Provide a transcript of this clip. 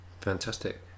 Fantastic